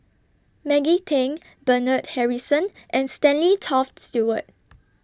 Maggie Teng Bernard Harrison and Stanley Toft Stewart